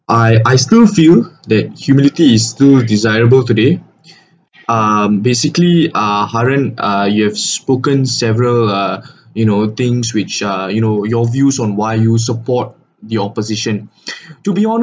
I I still feel that humility is still desirable today ah basically ah harun ah you have spoken several uh you know things which ah you know your views on why you support the opposition to be honest